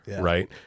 right